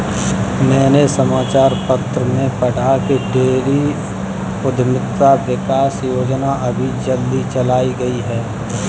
मैंने समाचार पत्र में पढ़ा की डेयरी उधमिता विकास योजना अभी जल्दी चलाई गई है